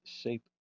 shape